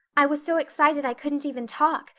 i was so excited i couldn't even talk,